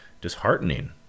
disheartening